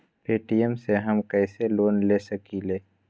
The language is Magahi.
पे.टी.एम से हम कईसे लोन ले सकीले?